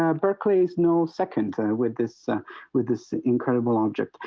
ah berkeley is no second with this, ah with this incredible object.